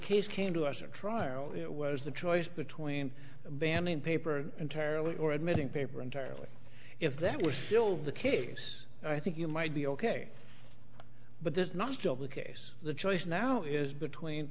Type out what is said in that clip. case came to us at trial it was the choice between banning paper entirely or admitting paper entirely if that was still the case i think you might be ok but this is not still the case the choice now is between